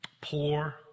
Poor